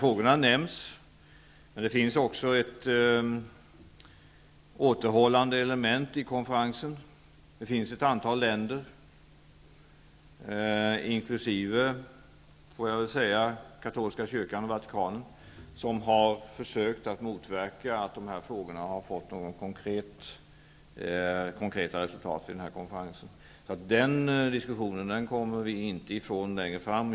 Frågorna kommer dock att nämnas, men det finns också ett återhållande element i konferensen. Ett antal länder, inkl. katolska kyrkan och Vatikanen, har försökt motverka att dessa frågor får några konkreta resultat vid denna konferens. Men den diskussionen kommer vi inte ifrån längre fram.